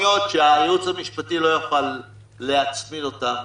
היו הסתייגויות שהייעוץ המשפטי לא יוכל להצמיד אותן,